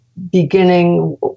beginning